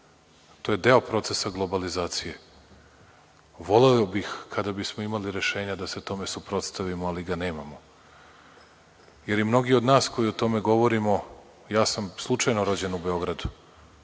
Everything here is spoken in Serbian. to je deo procesa globalizacije. Voleo bih kada bismo imali rešenja da se tome suprotstavimo, ali ga nemamo, jer i mnogi od nas koji o tome govorimo, ja sam slučajno rođen u Beogradu,